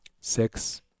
six